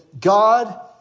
God